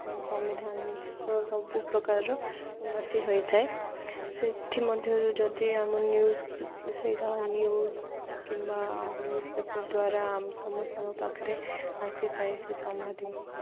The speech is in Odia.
ସାମ୍ବିଧାନିକ ସବୁପକାରର ଉନ୍ନତି ହୋଇଥାଏ ସେଥିମଧ୍ୟରୁ ଯଦି ଆମ ନ୍ୟୁଜ ସେଇଟା ନ୍ୟୁଜ କିମ୍ବା ନ୍ୟୁଜ ପେପର ଦ୍ୱାରା ଆମ ସମସ୍ତଙ୍କ ପାଖରେ ଆସିଥାଏ ସେ ସମ୍ବାଦ